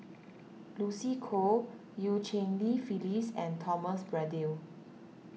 Lucy Koh Eu Cheng Li Phyllis and Thomas Braddell